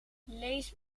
lees